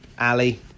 Ali